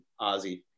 Ozzy